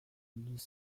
nous